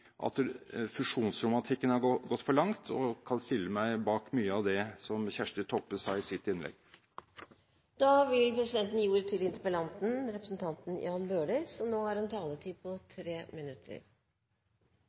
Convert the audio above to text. at fusjonsromantikken har gått for langt, og jeg kan stille meg bak mye av det som Kjersti Toppe sa i sitt innlegg. Jeg vil takke for en positiv og god debatt, som jeg fikk mye ut av å høre på.